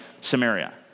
Samaria